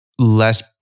less